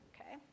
Okay